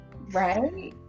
right